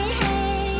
hey